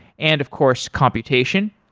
and of course, computation.